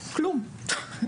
כלום.